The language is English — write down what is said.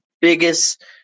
biggest